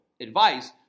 advice